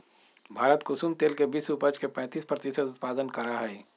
भारत कुसुम तेल के विश्व उपज के पैंतीस प्रतिशत उत्पादन करा हई